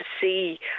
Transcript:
see